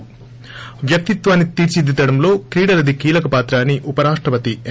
ి వ్యక్తిత్వాన్ని తీర్చిదిద్దడంలో క్రీడలది కీలక పాత్ర అని ఉపరాష్టపతి ఎం